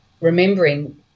remembering